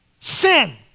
sin